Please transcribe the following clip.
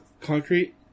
Concrete